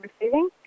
receiving